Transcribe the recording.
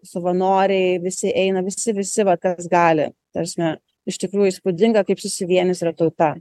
savanoriai visi eina visi visi va kas gali ta prasme iš tikrųjų įspūdinga kaip susivienijus yra tauta